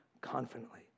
confidently